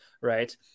right